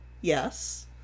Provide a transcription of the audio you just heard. Yes